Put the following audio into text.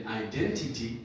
identity